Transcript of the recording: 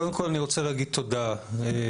קודם כל אני רוצה להגיד תודה לוועדה,